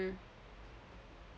mm